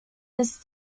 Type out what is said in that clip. this